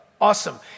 Awesome